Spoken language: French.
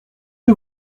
que